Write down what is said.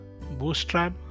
Bootstrap